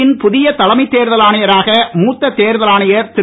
நாட்டின் புதிய தலைமைத் தேர்தல் ஆணையராக மூத்த தேர்தல் ஆணையர் திரு